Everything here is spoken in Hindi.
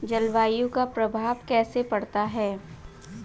जलवायु का प्रभाव कैसे पड़ता है?